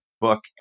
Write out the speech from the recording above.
book